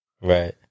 Right